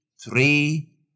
three